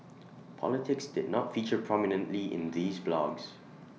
politics did not feature prominently in these blogs